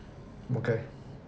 okay